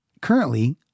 Currently